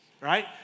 right